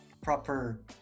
proper